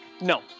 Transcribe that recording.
No